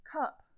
cup